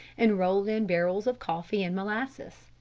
and rolled in barrels of coffee and molasses.